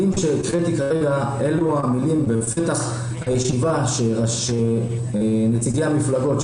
המילים שהקראתי כרגע אלו המילים בפתח הישיבה שנציגי המפלגות,